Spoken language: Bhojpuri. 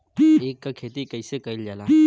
ईख क खेती कइसे कइल जाला?